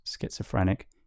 schizophrenic